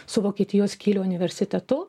su vokietijos kylio universitetu